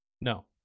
no